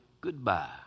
Goodbye